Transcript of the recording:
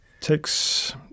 takes